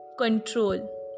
control